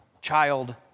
child